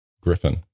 Griffin